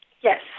Yes